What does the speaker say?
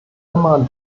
immer